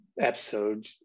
episode